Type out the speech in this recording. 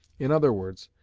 in other words,